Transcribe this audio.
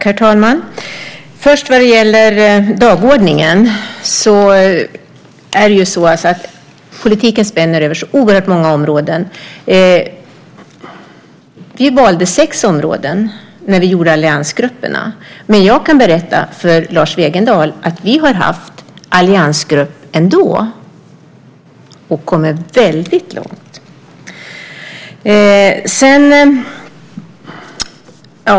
Herr talman! Först vad det gäller dagordningen, är det ju så att politiken spänner över så oerhört många områden. Vi valde sex områden när vi gjorde alliansgrupperna, men jag kan berätta för Lars Wegendal att vi har haft alliansgrupp ändå och kommit väldigt långt.